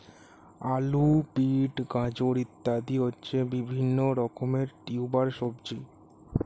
আলু, বিট, গাজর ইত্যাদি হচ্ছে বিভিন্ন রকমের টিউবার সবজি